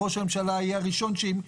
הממשלה יהיה הראשון להתייחס,